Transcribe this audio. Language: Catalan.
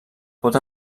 pot